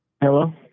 Hello